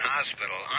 Hospital